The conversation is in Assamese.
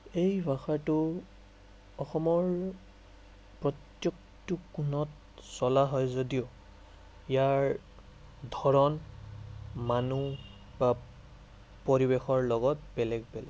এই ভাষাটো অসমৰ প্ৰত্যেকটো কোণত চলা হয় যদিও ইয়াৰ ধৰণ মানুহ বা পৰিৱেশৰ লগত বেলেগ বেলেগ